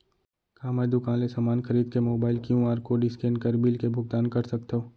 का मैं दुकान ले समान खरीद के मोबाइल क्यू.आर कोड स्कैन कर बिल के भुगतान कर सकथव?